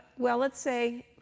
well, let's say